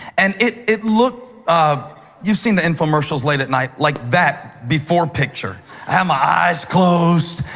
and it it looked, um you've seen the infomercials late at night. like that before picture um eyes closed.